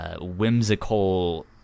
whimsical